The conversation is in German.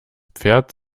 pferd